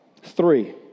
Three